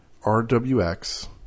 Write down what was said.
rwx